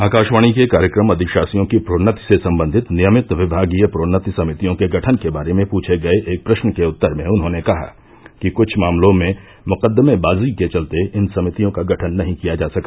आकाशवाणी के कार्यक्रम अधिशासियों की प्रोन्नति से संबंधित नियमित विभागीय प्रोन्नति समितियों के गठन के बारे में पूछे गए एक प्रश्न के उत्तर में उन्होंने कहा कि कृछ मामलों में मुकदमेबाजी के चलते इन समितियों का गठन नहीं किया जा सका